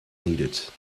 needed